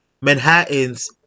Manhattan's